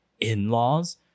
in-laws